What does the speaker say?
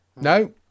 no